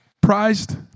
prized